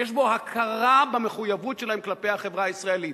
שיש בו הכרה במחויבות שלהם כלפי החברה הישראלית.